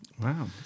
Wow